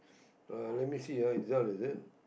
{ah] let me see ah it's out is it